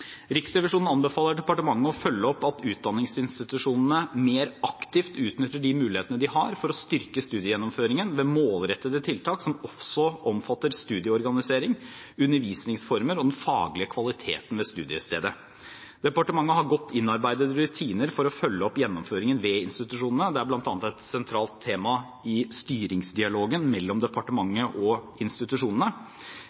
Riksrevisjonen anbefaler departementet å følge opp at utdanningsinstitusjonene mer aktivt utnytter de mulighetene de har for å styrke studiegjennomføringen ved målrettede tiltak som også omfatter studieorganisering, undervisningsformer og den faglige kvaliteten ved studiestedet. Departementet har godt innarbeidede rutiner for å følge opp gjennomføringen ved institusjonene. Det er bl.a. et sentralt tema i styringsdialogen mellom departementet og institusjonene.